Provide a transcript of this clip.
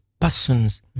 persons